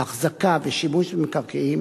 החזקה ושימוש במקרקעין,